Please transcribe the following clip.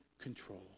control